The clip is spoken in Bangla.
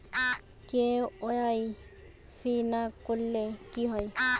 কে.ওয়াই.সি না করলে কি হয়?